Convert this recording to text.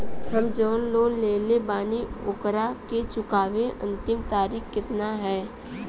हम जवन लोन लेले बानी ओकरा के चुकावे अंतिम तारीख कितना हैं?